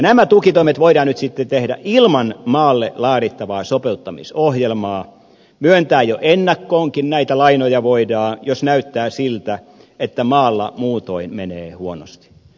nämä tukitoimet voidaan nyt sitten tehdä ilman maalle laadittavaa sopeuttamisohjelmaa jo ennakkoonkin näitä lainoja voidaan myöntää jos näyttää siltä että maalla muutoin menee huonosti